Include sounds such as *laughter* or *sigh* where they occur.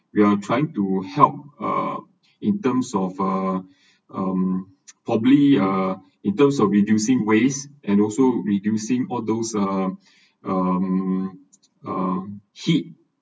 we are trying to help err in terms of err *breath* um probably err in terms of reducing waste and also reducing all those err *breath* um err heat